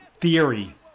Theory